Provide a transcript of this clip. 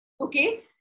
Okay